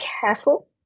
careful